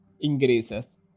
increases